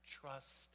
trust